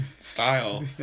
style